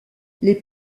les